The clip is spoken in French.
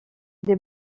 des